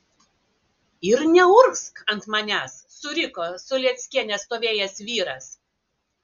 ir neurgzk ant manęs suriko su lėckiene stovėjęs vyras